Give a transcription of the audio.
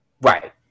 right